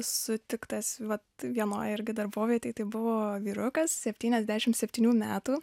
sutiktas vat vienoj irgi darbovietėj tai buvo vyrukas septyniasdešimt septynių metų